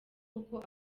koko